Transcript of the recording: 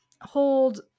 hold